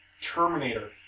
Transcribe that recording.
Terminator